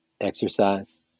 exercise